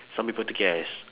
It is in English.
some people take it as